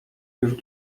już